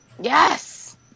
Yes